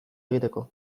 egiteko